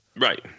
Right